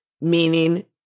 meaning